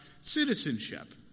citizenship